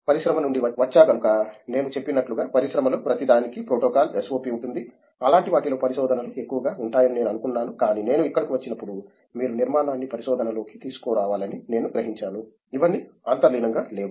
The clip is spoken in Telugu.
పరిశ్రమ నుండి వచ్చాకనుక నేను చెప్పినట్లుగా పరిశ్రమలో ప్రతిదానికీ ప్రోటోకాల్ SOP ఉంటుంది అలాంటి వాటిలో పరిశోధనలు ఎక్కువగా ఉంటాయని నేను అనుకున్నాను కానీ నేను ఇక్కడకు వచ్చినప్పుడు మీరు నిర్మాణాన్ని పరిశోధనలోకి తీసుకురావాలని నేను గ్రహించాను ఇవన్నీ అంతర్లీనంగా లేవు